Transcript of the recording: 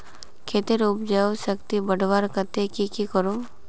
खेतेर उपजाऊ शक्ति बढ़वार केते की की करूम?